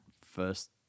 first